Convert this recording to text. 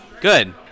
good